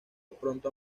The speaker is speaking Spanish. pronto